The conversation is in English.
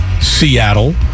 Seattle